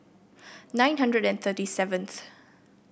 nine hundred and thirty seventh